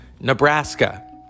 Nebraska